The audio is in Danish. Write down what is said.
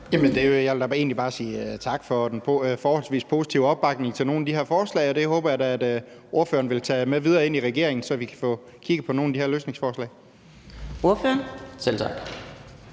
Jeg vil egentlig bare sige tak for den forholdsvis positive opbakning til nogle af de her forslag, og det håber jeg da ordføreren vil tage med videre ind i regeringen, så vi kan få kigget på nogle af de her løsningsforslag. Kl.